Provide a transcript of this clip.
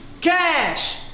Cash